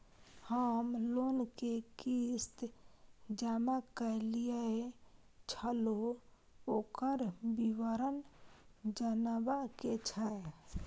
हम लोन के किस्त जमा कैलियै छलौं, ओकर विवरण जनबा के छै?